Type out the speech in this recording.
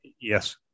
yes